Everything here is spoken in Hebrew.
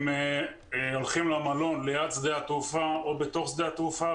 הם הולכים למלון ליד שדה התעופה או בתוך שדה התעופה,